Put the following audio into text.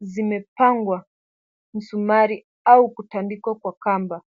zimepangwa msumari au kutandikwa kwa kamba.